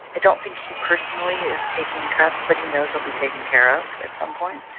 i don't think he personally is taking cuts, but he knows he'll be taken care of at some point.